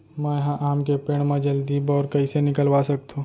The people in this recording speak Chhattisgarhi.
मैं ह आम के पेड़ मा जलदी बौर कइसे निकलवा सकथो?